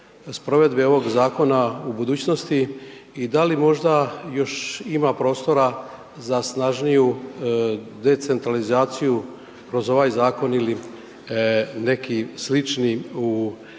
provedbe ovog zakona u budućnosti i da li možda još ima prostora za snažniju decentralizaciju kroz ovaj zakon ili neki slični u